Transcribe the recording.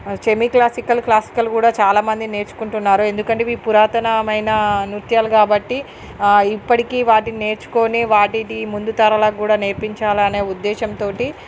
semiclassical classical కూడా చాలా మంది నేర్చుకుంటున్నారు ఎందుకంటే ఇవి పురాతనమైన నృత్యాలు కాబట్టి ఇప్పడికి వాటిని నేర్చుకొని వాటిని ముందు తరాలకు కూడా నేర్పించాలనే ఉద్దేశం తోటి